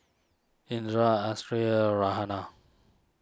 Indra Raihana